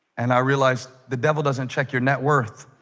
and i realized the devil doesn't check your net worth